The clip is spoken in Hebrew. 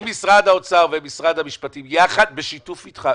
-- עם משרד האוצר ועם משרד המשפטים יחד בשיתוף איתך,